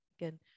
Again